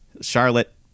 Charlotte